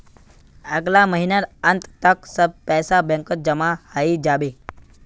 अगला महीनार अंत तक सब पैसा बैंकत जमा हइ जा बे